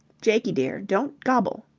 jakie, dear, don't gobble.